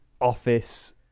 Office